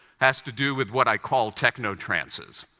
has to do with what i call techno-trances.